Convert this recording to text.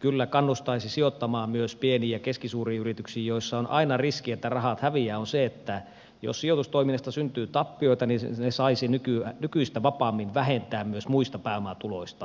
kyllä kannustaisi sijoittamaan myös pieniin ja keskisuuriin yrityksiin joissa on aina riski että rahat häviävät on se että jos sijoitustoiminnasta syntyy tappioita niin ne saisi nykyistä vapaammin vähentää myös muista pääomatuloista